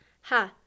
Ha